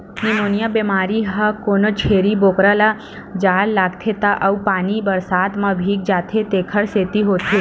pneumonia बेमारी ह कोनो छेरी बोकरा ल जाड़ लागथे त अउ पानी बरसात म भीग जाथे तेखर सेती होथे